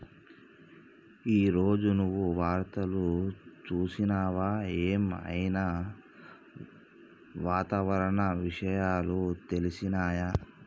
ఈ రోజు నువ్వు వార్తలు చూసినవా? ఏం ఐనా వాతావరణ విషయాలు తెలిసినయా?